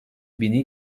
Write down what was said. bini